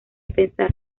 pensar